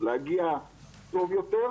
קודם כול,